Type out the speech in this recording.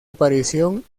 aparición